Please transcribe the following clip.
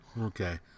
Okay